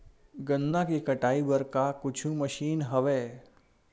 गन्ना के कटाई बर का कुछु मशीन हवय?